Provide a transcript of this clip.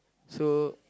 so